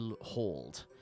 hold